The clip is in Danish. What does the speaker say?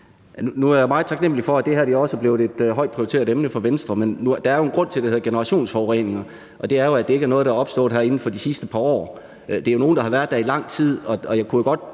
Nu er jeg meget taknemlig for, at det her også er blevet et højt prioriteret emne for Venstre. Men der er jo en grund til, at det hedder generationsforureninger, og det er jo, at det ikke er noget, der er opstået her inden for de sidste par år. Det er jo noget, der har været i lang tid,